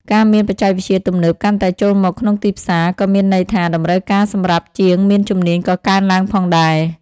ការមានបច្ចេកវិទ្យាទំនើបកាន់តែចូលមកក្នុងទីផ្សារក៏មានន័យថា តម្រូវការសម្រាប់ជាងមានជំនាញក៏កើនឡើងផងដែរ។